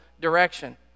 direction